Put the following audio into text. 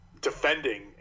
defending